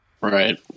Right